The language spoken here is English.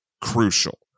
crucial